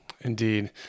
Indeed